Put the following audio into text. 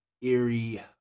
eerie